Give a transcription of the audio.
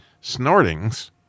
snortings